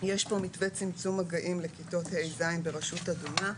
יש פה מתווה צמצום מגעים לכיתות ה'-ז' ברשות אדומה.